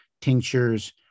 tinctures